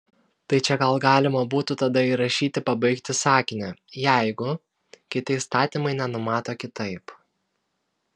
tai čia gal galima būtų tada įrašyti pabaigti sakinį jeigu kiti įstatymai nenumato kitaip